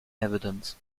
evidence